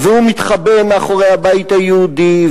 והוא מתחבא מאחורי הבית היהודי,